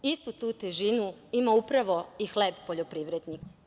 Istu tu težinu ima upravo i hleb poljoprivrednika.